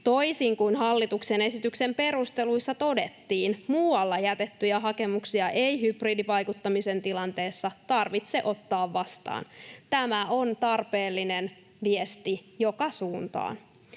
Toisin kuin hallituksen esityksen perusteluissa todettiin, muualla jätettyjä hakemuksia ei hybridivaikuttamisen tilanteessa tarvitse ottaa vastaan. Tämä on tarpeellinen viesti joka suuntaan.